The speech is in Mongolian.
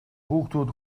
хүүхдүүд